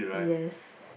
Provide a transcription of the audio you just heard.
yes